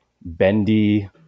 bendy